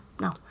no